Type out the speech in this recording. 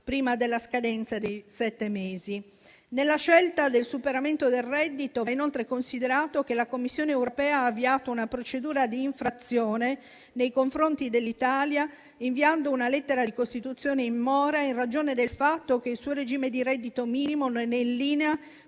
prima della scadenza dei sette mesi. Nella scelta del superamento del reddito va inoltre considerato che la Commissione europea ha avviato una procedura di infrazione nei confronti dell'Italia, inviando una lettera di costituzione in mora in ragione del fatto che il suo regime di reddito minimo non è in linea